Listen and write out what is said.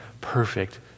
perfect